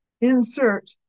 insert